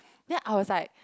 then I was like